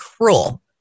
cruel